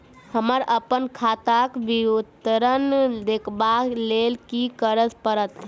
हमरा अप्पन खाताक विवरण देखबा लेल की करऽ पड़त?